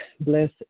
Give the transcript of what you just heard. bless